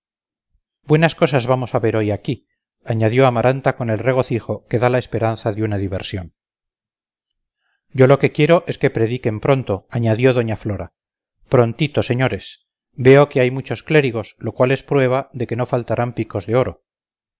buenas cosas vamos a ver hoy aquí añadió amaranta con el regocijo que da la esperanza de una diversión yo lo que quiero es que prediquen pronto añadió doña flora prontito señores veo que hay muchos clérigos lo cual es prueba de que no faltarán picos de oro